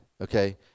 okay